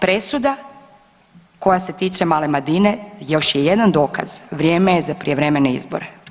Presuda koja se tiče male Madine još je jedan dokaz vrijeme je za prijevremene izbore.